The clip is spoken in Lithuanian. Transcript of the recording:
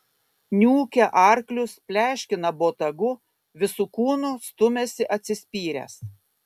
niūkia arklius pleškina botagu visu kūnu stumiasi atsispyręs